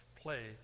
play